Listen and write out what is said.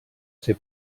ser